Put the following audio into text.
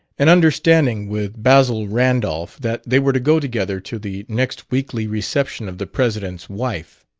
an understanding with basil randolph that they were to go together to the next weekly reception of the president's wife.